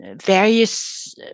various